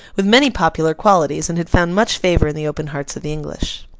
with many popular qualities, and had found much favour in the open hearts of the english.